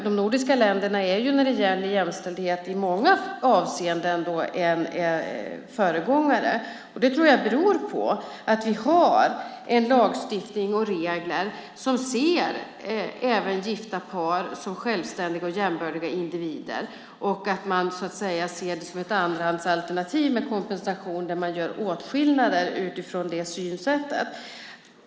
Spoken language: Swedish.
De nordiska länderna är i många avseenden föregångare när det gäller jämställdhet. Jag tror att det beror på att vi har en lagstiftning och regler som ser även gifta par som självständiga och jämbördiga individer. Man ser det som ett andrahandsalternativ med kompensation där man gör åtskillnader utifrån det synsättet.